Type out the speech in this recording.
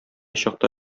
чакта